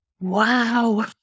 Wow